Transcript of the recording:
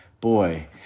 boy